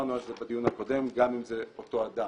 דיברנו על זה בדיון הקודם, גם אם זה אותו אדם.